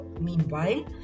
Meanwhile